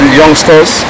youngsters